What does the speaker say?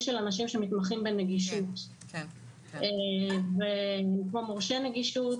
של אנשים שמתמחים בנגישות כמו מורשי נגישות,